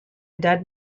dead